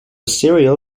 cereal